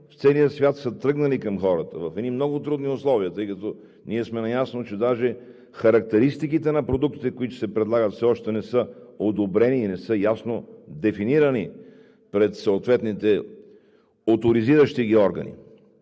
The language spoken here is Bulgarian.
в целия свят са тръгнали към хората в едни много трудни условия, тъй като ние сме наясно, че даже характеристиките на продуктите, които се предлагат, все още не са одобрени и не са ясно дефинирани пред съответните оторизиращи ги органи.